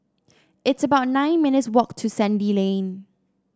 it's about nine minutes' walk to Sandy Lane